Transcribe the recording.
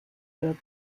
wird